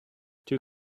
two